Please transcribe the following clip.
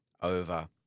over